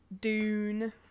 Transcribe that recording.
dune